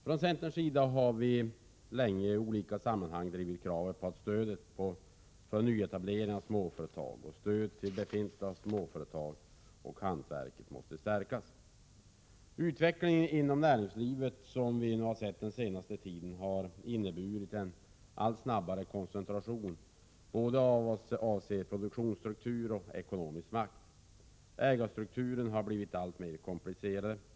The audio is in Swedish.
Från centerns sida har vi länge i olika sammanhang drivit kravet på att stödet till nyetablering av småföretag och stödet till befintliga småföretag och till hantverk måste stärkas. Den utveckling inom näringslivet som vi nu har sett under den senaste tiden har inneburit att koncentrationen både vad avser produktionsstruktur och ekonomisk makt alltmer har ökat. Ägarstrukturen har blivit alltmer komplicerad.